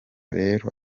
rero